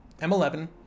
M11